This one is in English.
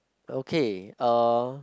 okay uh